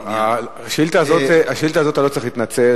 על השאילתא הזאת אתה לא צריך להתנצל,